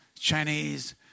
Chinese